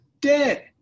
dead